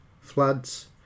floods